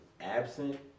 absent